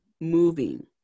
moving